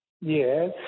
Yes